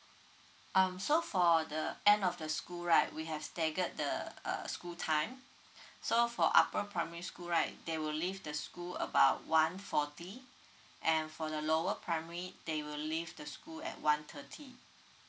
um so for the end of the school right we have staggered the err school time so for upper primary school right they will leave the school about one forty and for the lower primary they will leave the school at one thirty